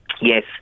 yes